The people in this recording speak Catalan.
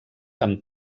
amb